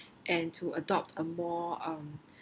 and to adopt a more um